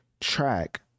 track